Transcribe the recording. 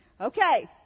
Okay